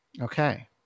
Okay